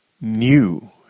new